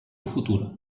futur